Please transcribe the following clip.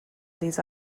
these